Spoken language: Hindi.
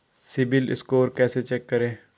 सिबिल स्कोर कैसे चेक करें?